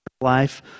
life